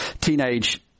teenage